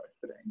today